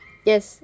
yes